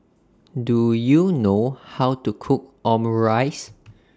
Do YOU know How to Cook Omurice